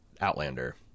outlander